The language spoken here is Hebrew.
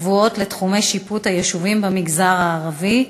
קבועות לתחומי שיפוט היישובים במגזר הערבי,